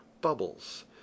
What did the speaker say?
bubbles